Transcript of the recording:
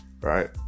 Right